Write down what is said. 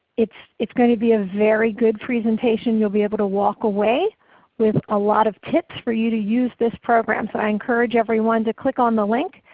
it's it's going to be a very good presentation. you'll be able to walk away with a lot of tips for you to use this program. so i encourage everyone to click on the link.